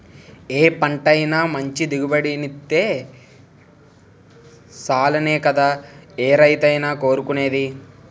ఏ పంటైనా మంచి దిగుబడినిత్తే సాలనే కదా ఏ రైతైనా కోరుకునేది?